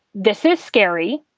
this is scary.